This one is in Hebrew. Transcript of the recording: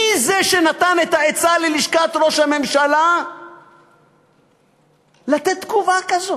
מי זה שנתן ללשכת ראש הממשלה את העצה לתת תגובה כזאת?